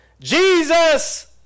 Jesus